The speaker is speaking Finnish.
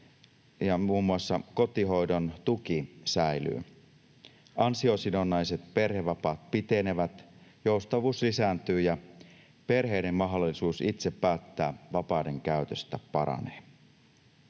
muun muassa kotihoidon tuki säilyy. Ansiosidonnaiset perhevapaat pitenevät, joustavuus lisääntyy, ja perheiden mahdollisuus itse päättää vapaiden käytöstä paranee.